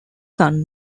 son